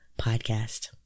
podcast